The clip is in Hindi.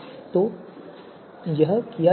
तो यह किया जाता है